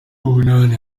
umunani